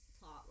plot